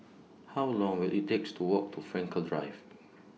How Long Will IT takes to Walk to Frankel Drive